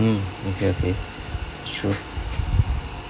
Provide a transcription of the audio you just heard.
mm okay okay sure